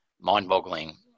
mind-boggling